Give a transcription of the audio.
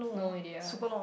no idea